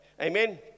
Amen